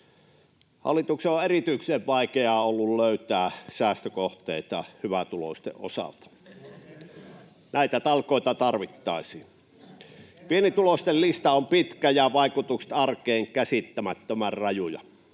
Hallituksella on erityisen vaikeaa ollut löytää säästökohteita hyvätuloisten osalta. Näitä talkoita tarvittaisiin. Pienituloisten lista on pitkä ja vaikutukset arkeen käsittämättömän rajuja.